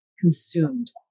consumed